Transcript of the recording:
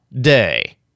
Day